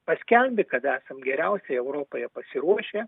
paskelbė kada geriausiai europoje pasiruošė